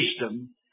wisdom